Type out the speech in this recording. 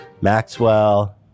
Maxwell